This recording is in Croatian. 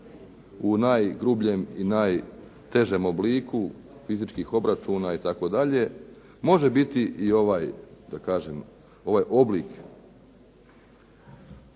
u najgrubljem i najtežem obliku fizičkih obračuna i tako dalje može biti i ovaj da kažem ovaj oblik